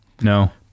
No